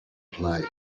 play